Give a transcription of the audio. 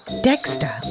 Dexter